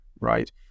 right